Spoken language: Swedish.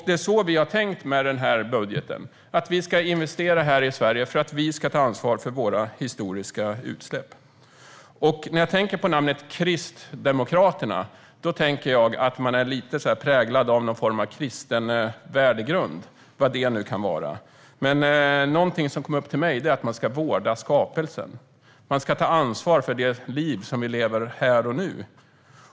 Det är så vi har tänkt med denna budget. Vi ska investera här i Sverige för att ta ansvar för våra historiska utsläpp. När jag funderar över ert partinamn, Kristdemokraterna, tänker jag mig att ni nog är präglade av en kristen värdegrund - vad det nu kan vara. Jag fick för mig att man ska vårda skapelsen och ta ansvar för det liv man lever här och nu.